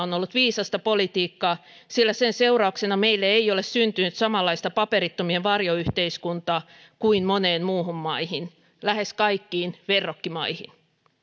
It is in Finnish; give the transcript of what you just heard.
on ollut viisasta politiikkaa sillä sen seurauksena meille ei ole syntynyt samanlaista paperittomien varjoyhteiskuntaa kuin moniin muihin maihin lähes kaikkiin verrokkimaihin